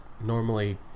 normally